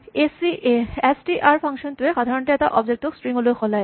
S T R function টোৱে সাধাৰণতে এটা অবজেক্ট ক স্ট্ৰিং লৈ সলায়